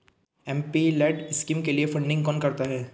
MPLAD scheme के लिए funding कौन करता है?